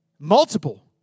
Multiple